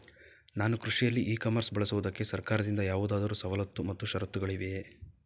ನಾನು ಕೃಷಿಯಲ್ಲಿ e commerce ಬಳಸುವುದಕ್ಕೆ ಸರ್ಕಾರದಿಂದ ಯಾವುದಾದರು ಸವಲತ್ತು ಮತ್ತು ಷರತ್ತುಗಳಿವೆಯೇ?